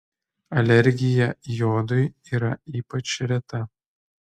alergija jodui yra ypač reta